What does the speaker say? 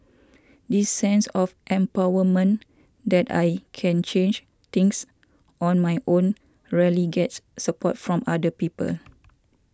this sense of empowerment that I can change things on my own rarely gets support from other people